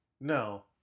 No